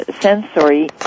sensory